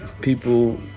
people